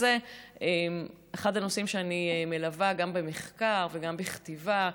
זה אחד הנושאים שאני מלווה גם במחקר וגם בכתיבה,